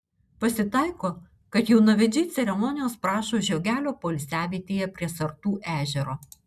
pasitaiko kad jaunavedžiai ceremonijos prašo žiogelio poilsiavietėje prie sartų ežero